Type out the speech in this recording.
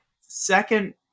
second